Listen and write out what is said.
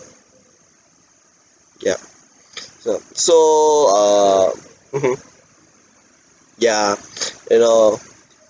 ya so so err mmhmm ya you know